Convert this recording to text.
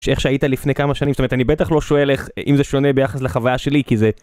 שאיך שהיית לפני כמה שנים, זאת אומרת, אני בטח לא שואל איך, אם זה שונה ביחס לחוויה שלי, כי זה...